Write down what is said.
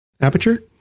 Aperture